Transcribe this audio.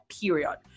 period